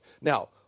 Now